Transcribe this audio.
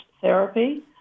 therapy